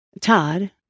Todd